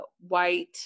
white